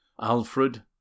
Alfred